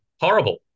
Horrible